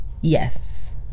yes